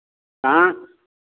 हाँ